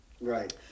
right